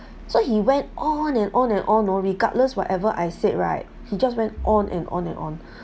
so he went on and on and on no regardless whatever I said right he just went on and on and on